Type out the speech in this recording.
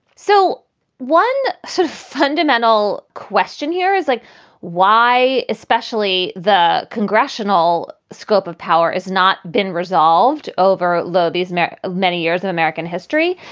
so one so fundamental question here is like why, especially the congressional scope of power is not been resolved over lo these many, many years in american history.